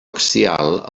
axial